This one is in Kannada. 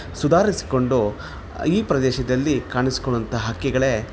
ಸುಧಾರಿಸ್ಕೊಂಡು ಈ ಪ್ರದೇಶದಲ್ಲಿ ಕಾಣಿಸಿಕೊಳ್ವಂಥ ಹಕ್ಕಿಗಳೇ